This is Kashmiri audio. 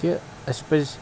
کہِ اَسہِ پَزِ